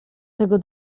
tego